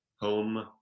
home